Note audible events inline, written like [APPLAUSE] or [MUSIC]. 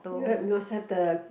you [NOISE] you must have the